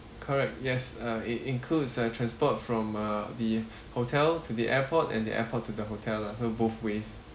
correct yes uh it includes uh transport from uh the hotel to the airport and the airport to the hotel lah so both ways